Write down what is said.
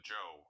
Joe